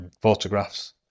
photographs